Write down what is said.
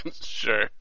sure